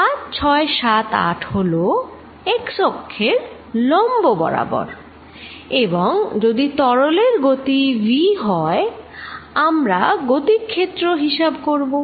5 6 7 8 হলো x অক্ষের লম্ব বরাবর এবং যদি তরলের গতি v হয় আমরা গতি ক্ষেত্র হিসেব করবো